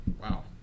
Wow